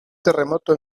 terremoto